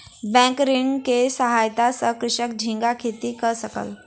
bank ऋण के सहायता सॅ कृषक झींगा खेती कय सकल